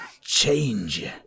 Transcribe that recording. Change